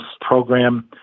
program